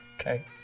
Okay